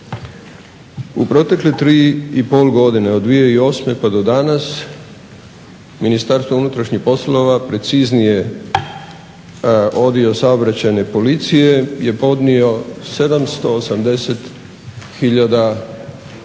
u protekle 3,5 godine od 2008. pa do danas Ministarstvo unutrašnjih poslova preciznije Odio saobraćajne policije je podnio 780 tisuća